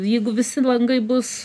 jeigu visi langai bus